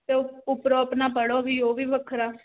ਅਤੇ ਉਹ ਉਪਰੋਂ ਆਪਣਾ ਪੜ੍ਹੋ ਵੀ ਉਹ ਵੀ ਵੱਖਰਾ